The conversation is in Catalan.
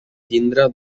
tindre